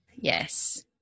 Yes